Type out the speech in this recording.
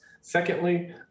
Secondly